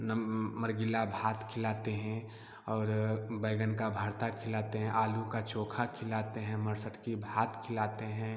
नम मरगिला भात खिलाते हें और बैंगन का भर्ता खिलाते हैं आलू का चोखा खिलाते हैं मरसट की भात खिलाते हैं